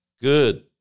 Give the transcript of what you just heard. Good